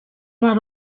nord